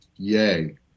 Yay